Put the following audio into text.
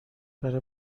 برا